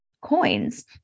coins